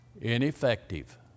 Ineffective